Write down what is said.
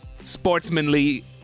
sportsmanly